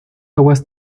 aguas